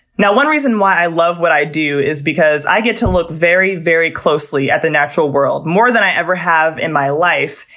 one reason why i love what i do is because i get to look very, very closely at the natural world, more than i ever have in my life,